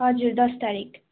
हजुर दस तारिक